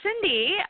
Cindy